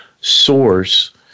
source